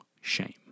shame